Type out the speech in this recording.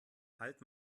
halt